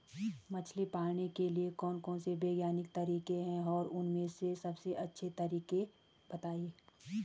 मछली पालन के लिए कौन कौन से वैज्ञानिक तरीके हैं और उन में से सबसे अच्छा तरीका बतायें?